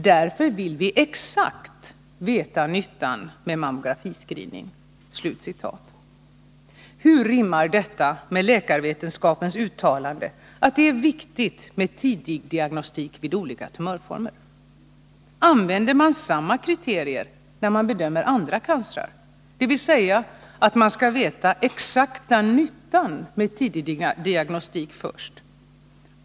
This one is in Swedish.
Därför vill vi exakt veta nyttan med mammografiscreening.” Hur rimmar detta med läkarvetenskapens uttalanden om att det är viktigt med tidigdiagnostik vid olika tumörformer? Använder man samma kriterier när man bedömer andra cancrar, dvs. att man först skall veta den exakta nyttan med tidigdiagnostik?